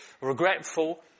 regretful